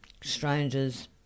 strangers